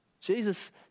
Jesus